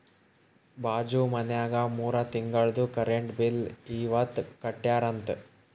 ಬಾಜು ಮನ್ಯಾಗ ಮೂರ ತಿಂಗುಳ್ದು ಕರೆಂಟ್ ಬಿಲ್ ಇವತ್ ಕಟ್ಯಾರ ಅಂತ್